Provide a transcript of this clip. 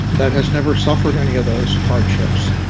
that has never suffered any of those hardships,